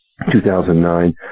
2009